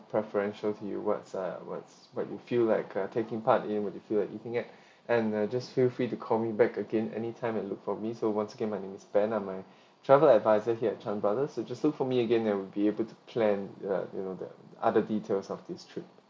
preferential to you what's uh what's what you feel like uh taking part in what you feel like eating at and uh just feel free to call me back again anytime and look for me so once again my name is ben I'm a travel adviser here at chan brothers so just look for me again and we'll be able to plan uh you know the other details of this trip